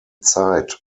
zeit